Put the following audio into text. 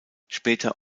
später